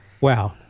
wow